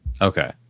Okay